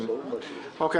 אושר.